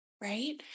right